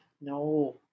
No